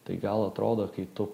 tai gal atrodo kai tu